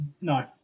no